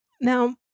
Now